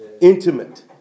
Intimate